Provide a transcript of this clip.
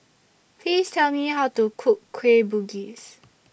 Please Tell Me How to Cook Kueh Bugis